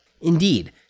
Indeed